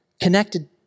Connected